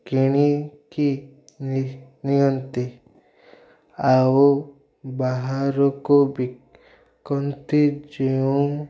କିଣିକି ନିଅନ୍ତି ଆଉ ବାହାରକୁ ବିକନ୍ତି ଯେଉଁ